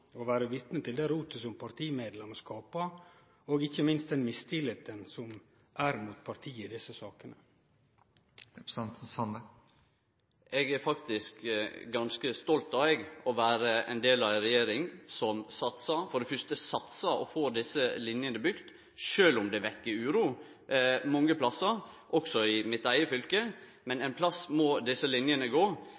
å vere vitne til det rotet som partimedlemmer skapar, ikkje minst den mistilliten som er mot partiet i desse sakene? Eg er faktisk ganske stolt av å vere ein del av ei regjering som for det fyrste satsar og får desse linjene bygd, sjølv om det vekkjer uro mange plassar, også i mitt eige fylke. Men